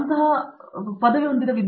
ಮತ್ತು ನಂತರ ನೀವು ಪದವಿ ಹೊರಬರಲು